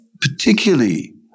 particularly